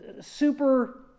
super